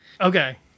okay